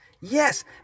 Yes